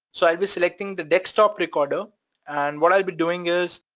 so be selecting the desktop recorder and what i'll be doing is,